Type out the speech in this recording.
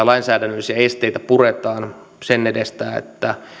lainsäädännöllisiä esteitä puretaan sen edestä että